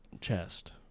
chest